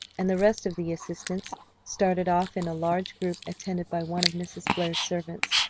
and the rest of the assistants started off in a large group attended by one of mrs. blair's servants,